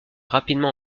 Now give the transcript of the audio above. rapidement